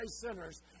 sinners